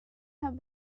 have